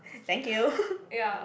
yeah